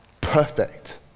perfect